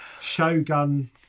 Shogun